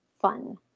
fun